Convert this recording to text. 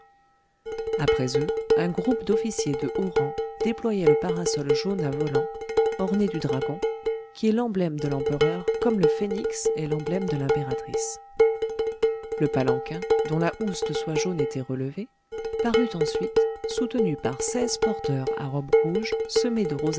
après eux un groupe d'officiers de haut rang déployait le parasol jaune à volants orné du dragon qui est l'emblème de l'empereur comme le phénix est l'emblème de l'impératrice le palanquin dont la housse de soie jaune était relevée parut ensuite soutenu par seize porteurs à robes rouges semées de